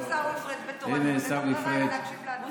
ועכשיו עיסאווי פריג' בתורנות,